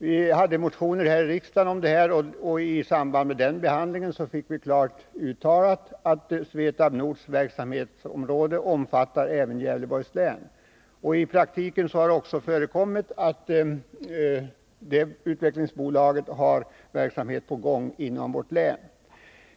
Vi hade från centern motioner i ärendet, och i samband med behandlingen av dessa uttalades klart att Svetab Nords verksamhet även skulle omfatta Gävleborgs län. I praktiken har det också förekommit att utvecklingsbolaget varit verksamt inom vårt län.